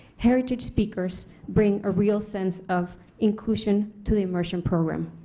heritage speakers bring a real sense of inclusion to the immersion program.